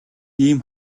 ийм